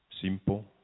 simple